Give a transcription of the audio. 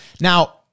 now